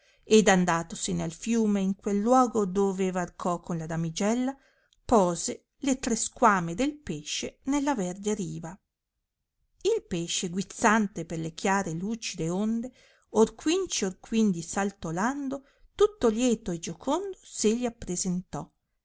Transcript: ed andatosene al fiume in quel luogo dove varcò con la damigella pose le tre squamine del pesce nella verde riva il pesce guizzante per le chiare e lucide onde or quinci or quindi saltolando tutto lieto e giocondo se gli appresene